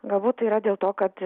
galbūt yra dėl to kad